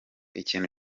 ikintu